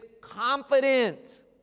confidence